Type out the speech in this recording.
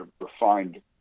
refined